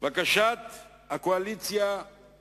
בקשת הקואליציה להאריך את